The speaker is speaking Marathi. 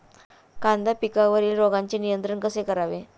कांदा पिकावरील रोगांचे नियंत्रण कसे करावे?